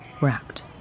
wrapped